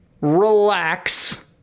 relax